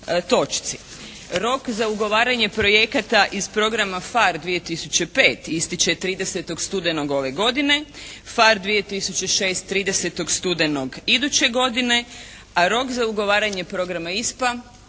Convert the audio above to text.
Rok za ugovaranje projekata iz programa PHARE 2005. ističe 30. studenog ove godine, PHARE 2006. 30. studenog iduće godine a rok za ugovaranje programa ISPA